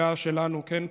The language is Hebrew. בעגה שלנו, כן?